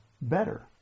better